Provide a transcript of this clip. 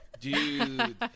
Dude